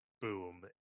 boom